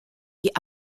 die